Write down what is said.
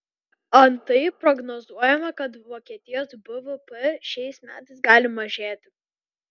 antai prognozuojama kad vokietijos bvp šiais metais gali mažėti